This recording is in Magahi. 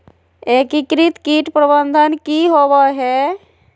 एकीकृत कीट प्रबंधन की होवय हैय?